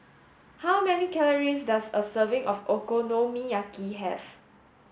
how many calories does a serving of Okonomiyaki have